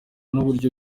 n’uburyo